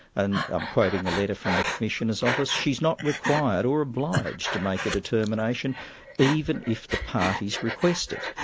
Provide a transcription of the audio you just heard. and i'm quoting a letter from the commissioner's office. she's not required or obliged to make a determination even if the parties request it.